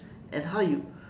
and how you